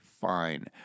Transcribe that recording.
fine